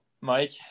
Mike